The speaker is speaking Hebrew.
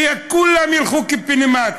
שכולם ילכו קיבינימט,